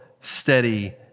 steady